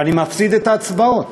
ואני מפסיד את ההצבעות.